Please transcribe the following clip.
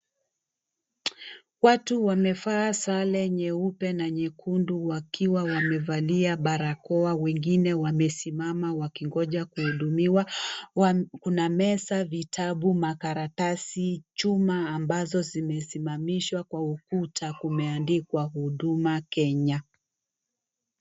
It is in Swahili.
Watu wamevaa sare nyeupe na nyekundu wakiwa wamevalia barakoa. Wengine wamesimama wakingoja kuhudumiwa. Kuna meza, vitabu, makaratasi, chuma ambazo zimesimamishwa, kwa ukuta, kumeandikwa Huduma Kenya.